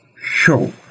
show